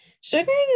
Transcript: sugaring